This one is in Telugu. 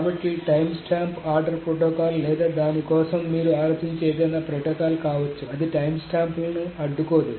కాబట్టి టైమ్స్టాంప్ ఆర్డర్ ప్రోటోకాల్ లేదా దాని కోసం మీరు ఆలోచించే ఏదైనా ప్రోటోకాల్ కావచ్చు అది టైమ్స్టాంప్లను అడ్డుకోదు